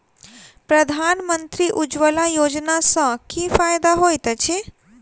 प्रधानमंत्री उज्जवला योजना सँ की फायदा होइत अछि?